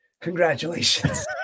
congratulations